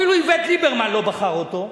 אפילו איווט ליברמן לא בחר אותו.